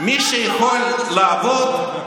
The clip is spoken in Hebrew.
כבר שאלת.